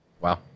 Wow